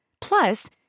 Plus